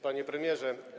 Panie Premierze!